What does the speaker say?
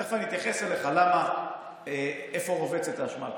ותכף אני אתייחס אליך, איפה רובצת האשמה לפתחכם.